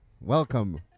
Welcome